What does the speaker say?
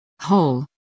Whole